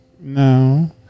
no